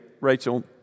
Rachel